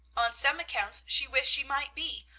on some accounts she wished she might be,